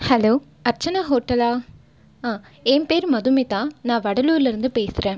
hello Archana ஹோட்டலா என் பேர் மதுமிதா நான் வடலூரிலேருந்து பேசுகிறேன்